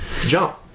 jump